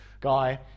Guy